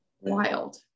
Wild